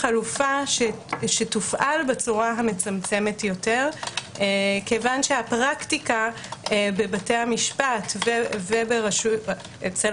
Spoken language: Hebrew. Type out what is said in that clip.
שתופעל בצורה המצומצמת יותר כי הפרקטיקה בבתי המשפט ואצל